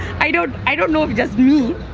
i don't, i don't know if just me,